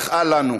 אך אל לנו,